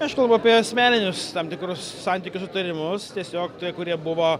aš kalbu apie asmeninius tam tikrus santykius sutarimus tiesiog tie kurie buvo